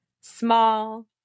small